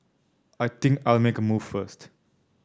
I think I'll make a move first